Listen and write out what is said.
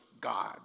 God